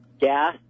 gas